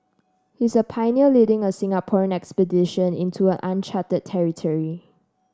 he's a pioneer leading a Singaporean expedition into uncharted territory